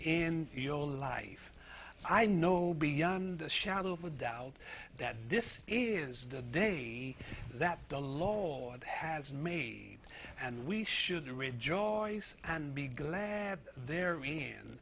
in your life i know beyond a shadow of a doubt that this is the day that the law has made and we should rejoice and be glad there can